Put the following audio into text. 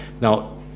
Now